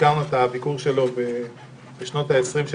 הזכרנו את הביקור שלו בשנות ה-20 של